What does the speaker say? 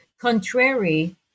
Contrary